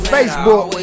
Facebook